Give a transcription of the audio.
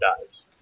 dies